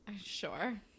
Sure